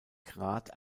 grat